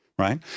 Right